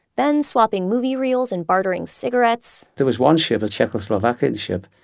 then swapping movie reels and bartering cigarettes there was one ship, a czechoslovakian ship,